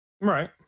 Right